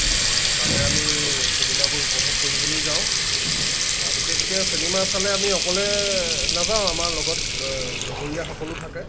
তাতে আমি চিনেমাবোৰ উপভোগ কৰিবলৈ যাওঁ বিশেষকৈ চিনেমা চালে আমি অকলে নাযাওঁ আমাৰ লগত লগৰীয়াসকলো থাকে